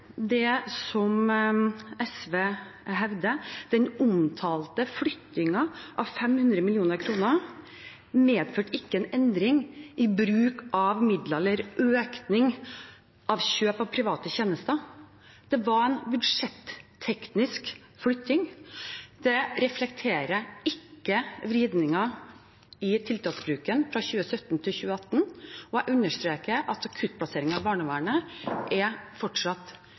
en endring i bruk av midler eller en økning i kjøp av private tjenester. Det var en budsjetteknisk flytting. Det reflekterer ikke vridningen i tiltaksbruken fra 2017 til 2018, og jeg understreker at akuttplasseringer i barnevernet fortsatt er